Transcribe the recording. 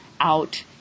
out